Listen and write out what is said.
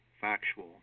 factual